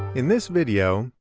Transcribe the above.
in this video,